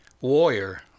warrior